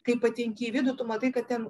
kai patenki į vidų tu matai kad ten